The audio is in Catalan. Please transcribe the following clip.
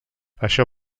això